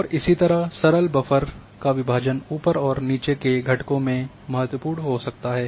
और इसी तरह सरल बफर का विभाजन ऊपर और नीचे के घटकों में महत्वपूर्ण हो सकता है